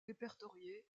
répertoriés